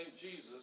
Jesus